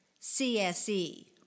CSE